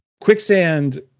Quicksand